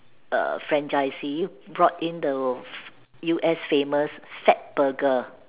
err franchisee brought in the U_S famous Fatburger